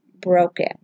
broken